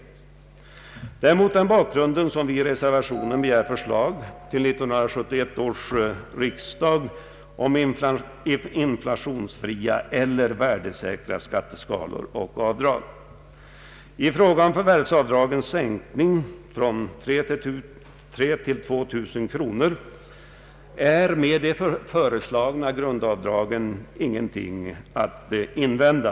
Det är mot den bakgrunden som vi i en reservation begär förslag till 1971 års riksdag om inflationsfria eller värdesäkra skatteskalor och avdrag. I fråga om förvärvsavdragens sänkning från 3 000 till 2 000 kronor är med de föreslagna grundavdragen, ingenting att invända.